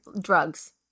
drugs